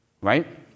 right